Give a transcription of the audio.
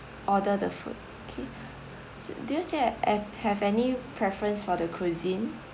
order the food okay so do you still have have any preference for the cuisine